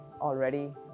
already